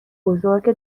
بزرگ